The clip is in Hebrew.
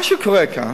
מה שקורה כאן,